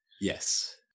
Yes